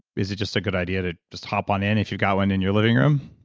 is it just a good idea to just hop on in if you've got one in your living room?